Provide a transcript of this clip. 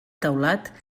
teulat